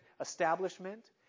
establishment